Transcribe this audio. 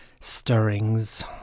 stirrings